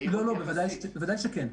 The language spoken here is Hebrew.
ודאי שכן.